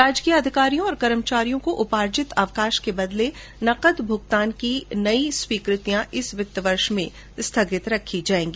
राजकीय अधिकारियों और कर्मचारियों को उपार्जित अवकाश के बदले नकद भुगतान की नई स्वीकृतियां इस वित्त वर्ष में स्थगित रखी जायेगी